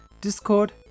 Discord